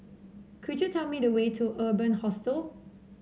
could you tell me the way to Urban Hostel